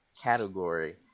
category